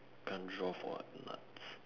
can't draw for what nuts